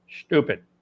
stupid